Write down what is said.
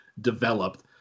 developed